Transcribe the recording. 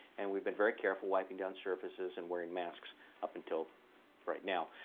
and we've been very careful, wiping down surfaces and wearing masks up until right now.